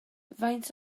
faint